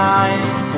eyes